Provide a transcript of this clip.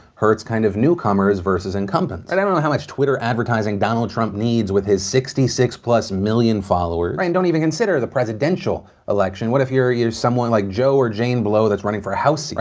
hurts kind of new-comers versus incumbents? and i dunno how much twitter advertising donald trump needs with his sixty six plus million followers, right, and don't even consider the presidential election. what if you're you're someone like joe or jane blow, that's running for a house seat?